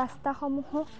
ৰাস্তাসমূহো